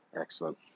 Excellent